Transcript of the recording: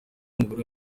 umugore